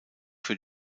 für